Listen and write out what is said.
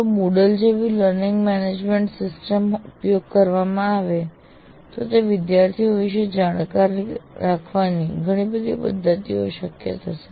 જો MOODLE જેવી learning management સિસ્ટમનો ઉપયોગ કરવામાં આવે તો વિદ્યાર્થીઓ વિષે જાણકારી રાખવાની ઘણી પદ્ધતિઓ શક્ય થશે